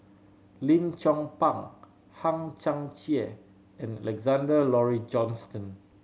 Lim Chong Pang Hang Chang Chieh and Alexander Laurie Johnston